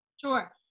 Sure